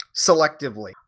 selectively